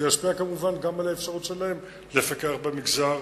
זה ישפיע כמובן גם על האפשרות שלהם לפקח במגזר